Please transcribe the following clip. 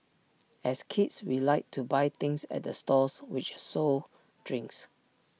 as kids we liked to buy things at the stalls which sold drinks